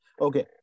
Okay